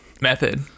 method